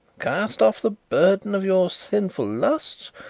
cast off the burden of your sinful lusts,